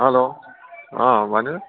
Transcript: hello भन्नु होस्